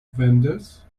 vendors